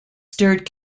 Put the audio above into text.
stirred